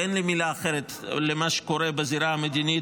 ואין לי מילה אחרת למה שקורה בזירה המדינית